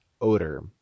odor